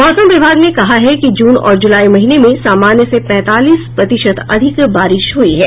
मौसम विभाग ने कहा है कि जून और जुलाई महीने में सामान्य से पैंतालीस प्रतिशत अधिक बारिश हुई है